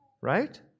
right